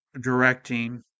directing